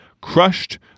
crushed